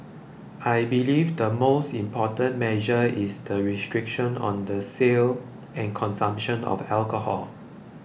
I believe the most important measure is the restriction on the sale and consumption of alcohol